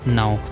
now